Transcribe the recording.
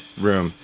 room